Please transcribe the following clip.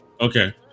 Okay